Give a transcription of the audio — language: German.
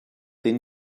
den